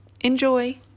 Enjoy